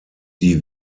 die